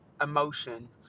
emotion